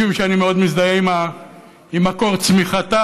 משום שאני מאוד מזדהה עם מקור צמיחתה.